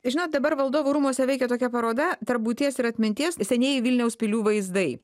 žinot dabar valdovų rūmuose veikia tokia paroda tarp būties ir atminties senieji vilniaus pilių vaizdai